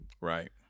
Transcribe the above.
right